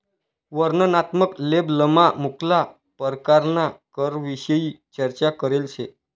वर्णनात्मक लेबलमा मुक्ला परकारना करविषयी चर्चा करेल शे